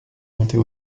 montée